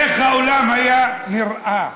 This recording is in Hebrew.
איך האולם היה נראה,